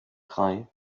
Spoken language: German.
drei